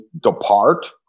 depart